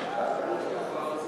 ההצעה להעביר את הנושא